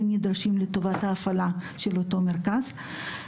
נדרשים לטובת ההפעלה של אותו מרכז.